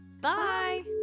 bye